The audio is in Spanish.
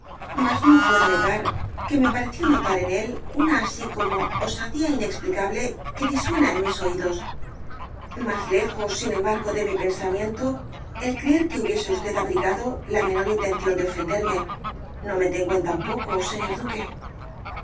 mas no puedo negar que me pareció notar en él una así como osadía inexplicable que disuena en mis oídos mas lejos sin embargo de mi pensamiento el creer qne hubiese usted abrigado la menor intención de ofenderme no me tengo en tan poco señor duque